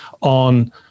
on